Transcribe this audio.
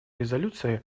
резолюции